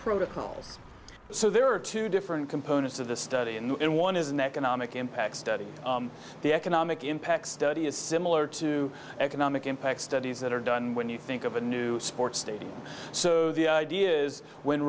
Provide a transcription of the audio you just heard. protocols so there are two different components of the study and one is an economic impact study the economic impact study is similar to economic impact studies that are done when you think of a new sports stadium so the idea is when